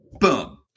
Boom